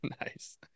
Nice